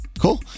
Cool